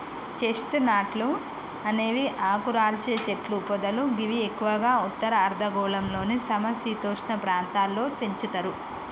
chest నట్లు అనేవి ఆకురాల్చే చెట్లు పొదలు గివి ఎక్కువగా ఉత్తర అర్ధగోళంలోని సమ శీతోష్ణ ప్రాంతాల్లో పెంచుతరు